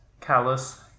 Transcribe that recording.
callous